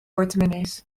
portemonnees